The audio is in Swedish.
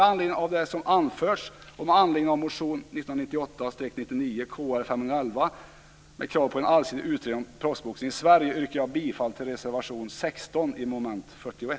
Med anledning av det som har anförts och med anledning av motion 1998/99:Kr511 med krav på en allsidig utredning om proffsboxning i Sverige yrkar jag bifall till reservation 16 under mom.